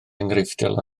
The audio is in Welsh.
enghreifftiol